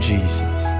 Jesus